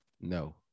No